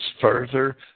further